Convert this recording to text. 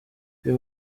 uyu